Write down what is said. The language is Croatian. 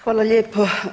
Hvala lijepo.